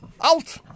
out